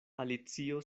alicio